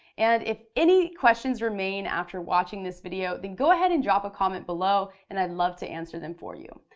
and if any questions remain after watching this video, then go ahead and drop a comment below and i'd love to answer them for you.